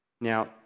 Now